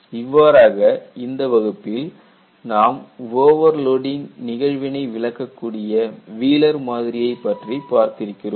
இவ்வாறாக இந்த வகுப்பில் நாம் ஓவர் லோடிங் நிகழ்வினை விளக்கக்கூடிய வீலர் மாதிரியை பற்றி பார்த்து இருக்கிறோம்